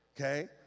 okay